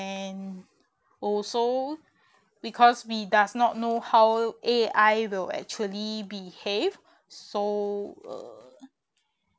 and also because we does not know how A_I will actually behave so uh